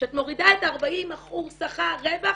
כשאת מורידה את ה-40 --- שכר, רווח,